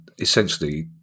essentially